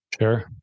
sure